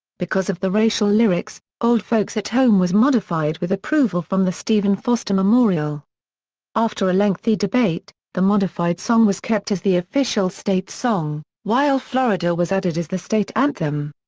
because of the racial lyrics, old folks at home was modified with approval from the stephen foster memorial after a lengthy debate, the modified song was kept as the official state song, while florida was added as the state anthem.